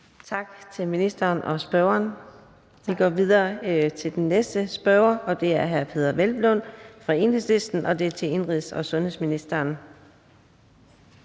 Tak til ministeren og spørgeren. Vi går videre til den næste spørger, og det er hr. Peder Hvelplund fra Enhedslisten, og det er til indenrigs- og sundhedsministeren.